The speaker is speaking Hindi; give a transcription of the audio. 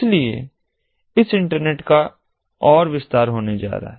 इसलिए इस इंटरनेट का और विस्तार होने जा रहा है